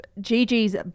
Gigi's